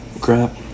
crap